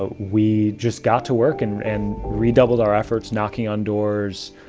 ah we just got to work and and redoubled our efforts knocking on doors,